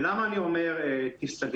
ולמה אני אומר תיסגר?